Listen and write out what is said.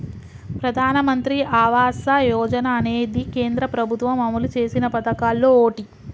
ప్రధానమంత్రి ఆవాస యోజన అనేది కేంద్ర ప్రభుత్వం అమలు చేసిన పదకాల్లో ఓటి